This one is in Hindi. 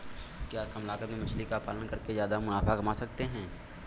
क्या कम लागत में मछली का पालन करके ज्यादा मुनाफा कमा सकते हैं?